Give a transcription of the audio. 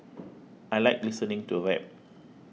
I like listening to rap